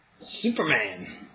Superman